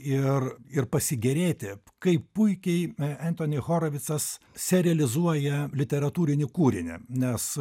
ir ir pasigėrėti kaip puikiai entoni horavicas realizuoja literatūrinį kūrinį nes